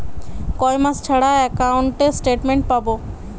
কয় মাস ছাড়া একাউন্টে স্টেটমেন্ট পাব?